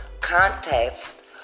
Contest